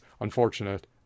unfortunate